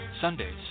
Sundays